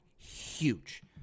huge